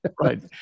Right